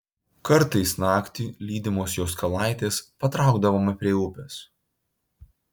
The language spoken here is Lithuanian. kartais naktį lydimos jos kalaitės patraukdavome prie upės